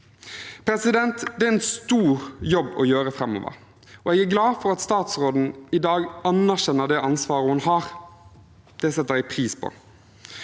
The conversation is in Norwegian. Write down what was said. dem. Det er en stor jobb å gjøre framover, og jeg er glad for at statsråden i dag anerkjenner det ansvaret hun har. Det setter jeg pris på.